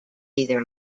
either